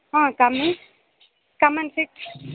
ah come in come and chit